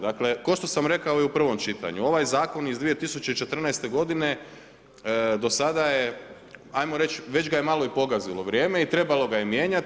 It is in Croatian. Dakle, kao što sam rekao i u prvom čitanju, ovaj Zakon iz 2014. godine do sada je hajmo reći već ga je malo i pogazilo vrijeme i trebalo ga je mijenjati.